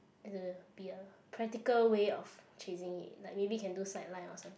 be a practical way of chasing it like maybe can do sideline or something